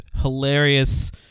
hilarious